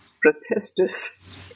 protesters